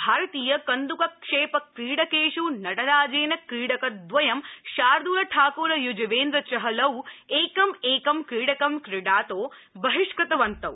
भारतीय कन्द्रकक्षेपक्रीडकेष् नटराजेन क्रीडकदवयं शार्द्रलठाक्र य्जवेन्द्र चहलौ एकम े एकं क्रीडकं क्रीडातो बहिष्कृतवन्तौ